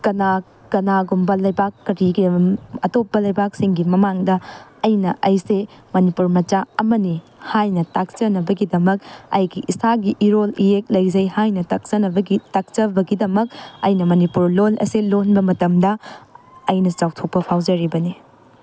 ꯀꯅꯥꯒꯨꯝꯕ ꯂꯩꯕꯥꯛ ꯑꯇꯣꯞꯄ ꯂꯩꯕꯥꯛꯁꯤꯡꯒꯤ ꯃꯃꯥꯡꯗ ꯑꯩꯅ ꯑꯩꯁꯦ ꯃꯅꯤꯄꯨꯔ ꯃꯆꯥ ꯑꯃꯅꯦ ꯍꯥꯏꯅ ꯇꯥꯛꯆꯅꯕꯒꯤꯗꯃꯛ ꯑꯩꯒꯤ ꯏꯁꯥꯒꯤ ꯏꯔꯣꯜ ꯏꯌꯦꯛ ꯂꯩꯖꯩ ꯍꯥꯏꯅ ꯇꯥꯛꯆꯅꯕꯒꯤ ꯇꯥꯛꯆꯕꯒꯤꯗꯃꯛ ꯑꯩꯅ ꯃꯅꯤꯄꯨꯔ ꯂꯣꯟ ꯑꯁꯤ ꯂꯣꯟꯕ ꯃꯇꯝꯗ ꯑꯩꯅ ꯆꯥꯎꯊꯣꯛꯄ ꯐꯥꯎꯖꯔꯤꯕꯅꯤ